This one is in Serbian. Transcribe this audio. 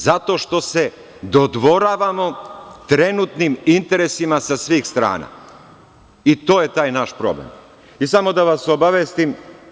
Zato što se dodvoravamo trenutnim interesima sa svih strana i to je taj naš problem i samo da vas obavestim.